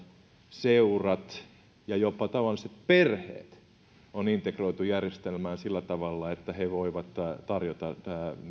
seurat ja jopa tavalliset perheet on integroitu järjestelmään sillä tavalla että he voivat tarjota